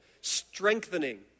strengthening